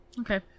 okay